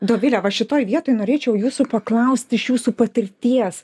dovile va šitoj vietoj norėčiaujūsų paklausti iš jūsų patirties